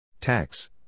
Tax